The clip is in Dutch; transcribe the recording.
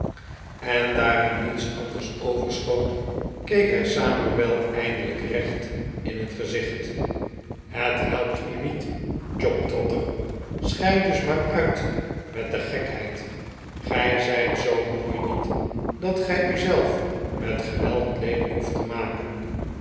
en daar hem niets anders overschoot keek hij samuel eindelijk recht in het gezicht het helpt u niet job trotter schei dus maar uit met die gekheid ge zijt zoo mooi niet dat gij u zelf met geweld jleelijk hoeft te maken